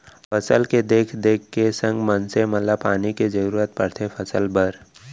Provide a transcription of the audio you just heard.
फसल के देख देख के संग मनसे मन ल पानी के जरूरत परथे फसल बर